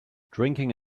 drinking